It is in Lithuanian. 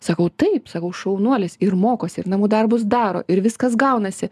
sakau taip sakau šaunuolis ir mokosi ir namų darbus daro ir viskas gaunasi